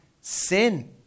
sin